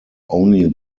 only